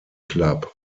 club